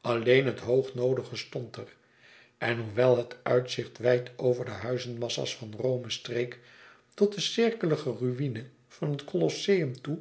alleen het hoog noodige stond er en hoewel het uitzicht wijd over de huizenmassa's van rome streek tot de cirkelige ruïne van het colosseum toe